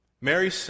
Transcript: Mary